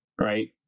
right